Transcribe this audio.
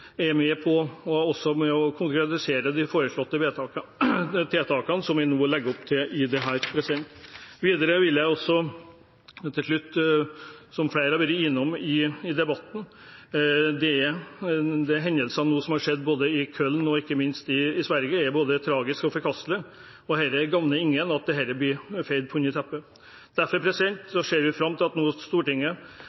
er med på å konkretisere de foreslåtte tiltakene vi nå legger opp til. Videre vil jeg til slutt, som flere har vært innom i debatten, si at hendelsene som har funnet sted i Köln og ikke minst i Sverige, er både tragiske og forkastelige. Det gagner ingen at dette blir feid under teppet. Derfor